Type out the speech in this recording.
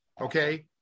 Okay